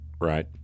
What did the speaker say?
Right